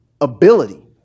ability